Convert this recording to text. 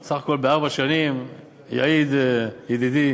סך הכול, בארבע שנים, יעיד ידידי,